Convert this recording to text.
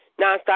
nonstop